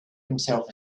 himself